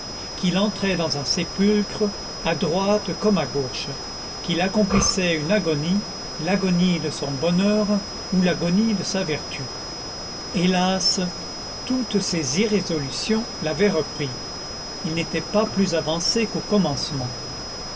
qu'il entrait dans un sépulcre à droite comme à gauche qu'il accomplissait une agonie l'agonie de son bonheur ou l'agonie de sa vertu hélas toutes ses irrésolutions l'avaient repris il n'était pas plus avancé qu'au commencement